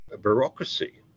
bureaucracy